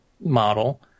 model